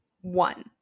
one